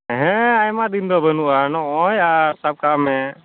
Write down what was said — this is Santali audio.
ᱦᱮᱸ ᱟᱭᱢᱟ ᱫᱤᱱ ᱫᱚ ᱵᱟᱹᱱᱩᱜᱼᱟ ᱱᱚᱜᱼᱚᱸᱭ ᱟᱨ ᱥᱟᱵ ᱠᱟᱜ ᱢᱮ